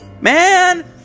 Man